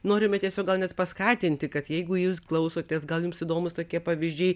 norime tiesiog gal net paskatinti kad jeigu jūs klausotės gal jums įdomūs tokie pavyzdžiai